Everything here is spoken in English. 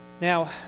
Now